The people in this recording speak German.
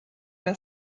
der